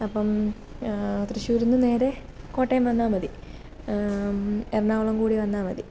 അപ്പോള് തൃശൂരുനിന്നു നേരെ കോട്ടയം വന്നാല് മതി എറണാകുളം കൂടി വന്നാല് മതി